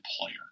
player